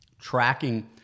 Tracking